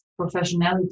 professionality